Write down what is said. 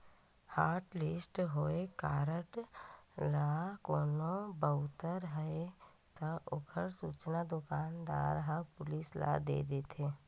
hotlist होए card ल कोनो बउरत हे त ओखर सूचना दुकानदार ह पुलिस ल दे देथे